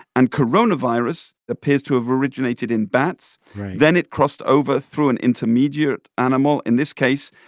and coronavirus appears to have originated in bats right then it crossed over through an intermediate animal. in this case,